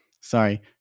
Sorry